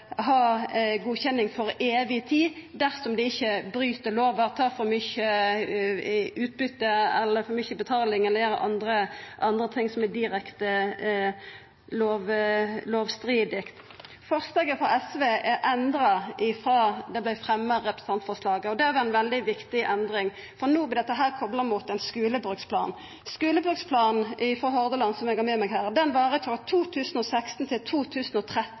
ha godkjenning til evig tid dersom dei ikkje bryt lova, tar for mykje utbyte, for mykje betaling eller gjer andre ting som er direkte lovstridige. Representantforslaget frå SV er endra frå det vart fremja, og det er ei veldig viktig endring, for no vert dette kopla mot ein skulebruksplan. Skulebruksplanen for Hordaland, som eg har med meg her, varer frå 2016 til